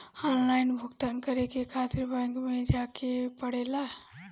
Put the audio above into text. Online भुगतान करे के खातिर बैंक मे जवे के पड़ेला का?